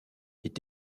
est